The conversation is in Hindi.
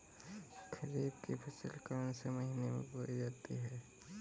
खरीफ की फसल कौन से महीने में बोई जाती है?